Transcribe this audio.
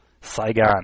Saigon